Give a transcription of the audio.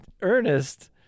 Ernest